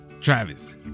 Travis